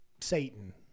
Satan